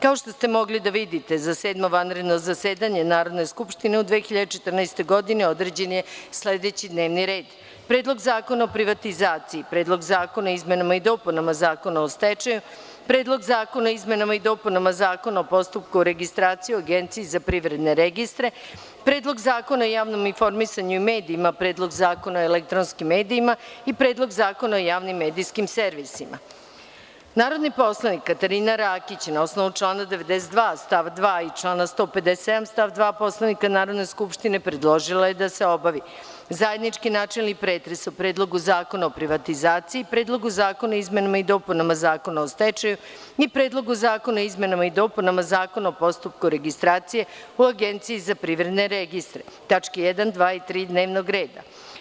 Kao što ste mogli da vidite, za Sedmo vanredno zasedanje Narodne skupštine u 2014. godini određen je sledeći D n e v n ir e d: 1. Predlog zakona o privatizaciji, 2. Predlog zakona o izmenama i dopunama Zakona o stečaju, 3. Predlog zakona o izmenama i dopunama Zakona o postupku registracije u Agenciji za privredne registre, 4. Predlog zakona o javnom informisanju i medijima, 5. Predlog zakona o elektronskim medijima, 6. Predlog zakona o javnim medijskim servisima Narodni poslanik Katarina Rakić, na osnovu člana 92. stav 2. i člana 157. stav 2. Poslovnika Narodne skupštine predložila je da se obavi zajednički načelni pretres o: Predlogu zakona o privatizaciji, Predlogu zakona o izmenama i dopunama Zakona o stečaju i o Predlogu zakona o izmenama i dopunama Zakona o postupku registracije u Agenciji za privredne registre (tačke 1, 2. i 3. dnevnog reda)